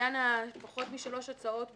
בעניין פחות משלוש הצעות במכרז,